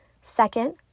second